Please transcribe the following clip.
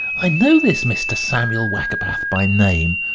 i know this mr. samuel wackerbath by name,